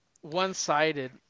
one-sided